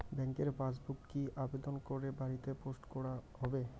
ব্যাংকের পাসবুক কি আবেদন করে বাড়িতে পোস্ট করা হবে?